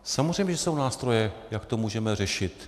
Samozřejmě že jsou nástroje, jak to můžeme řešit.